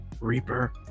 reaper